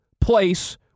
place